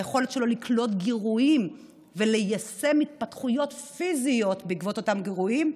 ביכולת שלו לקלוט גירויים וליישם התפתחויות פיזיות בעקבות אותם גירויים,